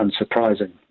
unsurprising